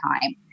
time